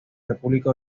república